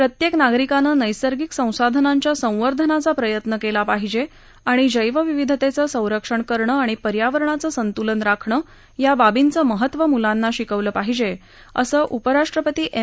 प्रत्येक नागरिकान नैसर्गिक संसाधनाच्या सवर्धनाचा प्रयत्न केला पाहिजे आणि जैवविविधतेचं संरक्षण करणं आणि पर्यावरणाचं संतुलन राखणं या बाबींचं महत्त्व मुलांना शिकवलं पाहिजे असं उपराष्ट्रपती एम